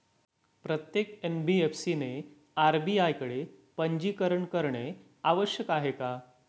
प्रत्येक एन.बी.एफ.सी ने आर.बी.आय कडे पंजीकरण करणे आवश्यक आहे का?